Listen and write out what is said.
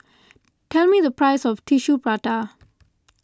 tell me the price of Tissue Prata